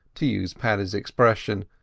to use paddy's expression,